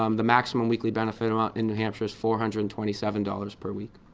um the maximum weekly benefit um in new hampshire is four hundred and twenty seven dollars per week.